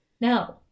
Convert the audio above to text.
No